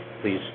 Please